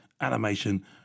animation